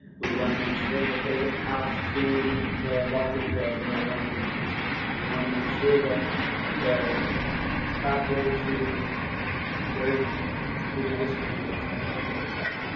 we want to make sure that there's a path to the walking trails that are around the retention pond. we want to make sure that the pathway to dairy queen ice cream, which is one of my favorite stops.